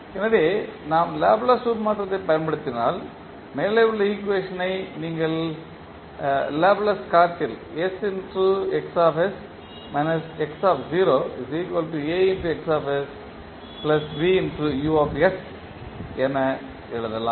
எனவே நாம் லாப்லேஸ் உருமாற்றத்தைப் பயன்படுத்தினால் மேலே உள்ள ஈக்குவேஷனை நீங்கள் லாப்லேஸ் களத்தில் என எழுதலாம்